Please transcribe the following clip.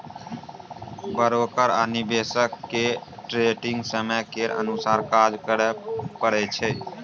broker आ निवेशक केँ ट्रेडिग समय केर अनुसार काज करय परय छै